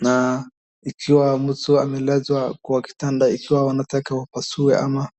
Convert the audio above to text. Na ikiwa mtu amelazwa kwa kitanda ikiwa wanataka wapasue ama.